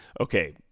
okay